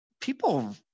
people